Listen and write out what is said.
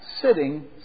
sitting